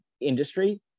industry